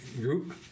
group